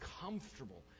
comfortable